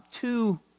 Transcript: two